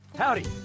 Howdy